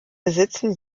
besitzen